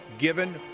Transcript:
given